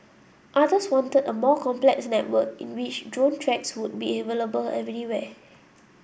others wanted a more complex network in which drone tracks would be available anywhere